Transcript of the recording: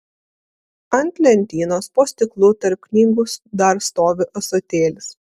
ant lentynos po stiklu tarp knygų dar stovi ąsotėlis